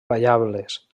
ballables